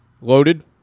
Loaded